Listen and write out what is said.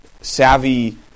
savvy